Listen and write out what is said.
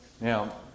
Now